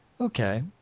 Okay